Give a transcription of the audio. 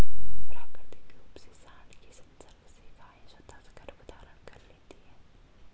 प्राकृतिक रूप से साँड के संसर्ग से गायें स्वतः गर्भधारण कर लेती हैं